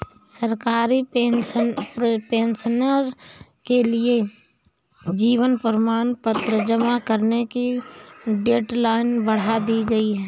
सरकारी पेंशनर्स के लिए जीवन प्रमाण पत्र जमा करने की डेडलाइन बढ़ा दी गई है